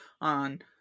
on